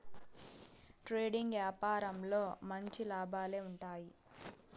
trading యాపారంలో మంచి లాభాలే ఉంటాయి